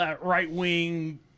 right-wing